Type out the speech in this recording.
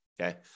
okay